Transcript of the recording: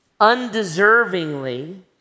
undeservingly